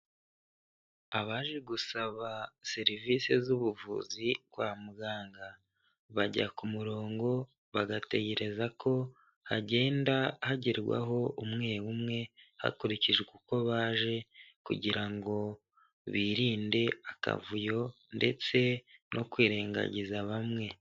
Abaje gusaba serivisi z'ubuvuzi kwa muganga, bajya ku murongo bagategereza ko hagenda hagerwaho umwe umwe hakurikijwe uko baje kugira ngo birinde akavuyo ndetse no kwirengagiza bamwe.